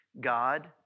God